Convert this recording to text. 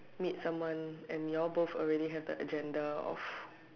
meet someone and you all both already have the agenda of